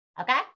okay